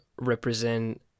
represent